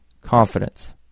confidence